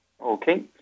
Okay